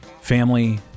family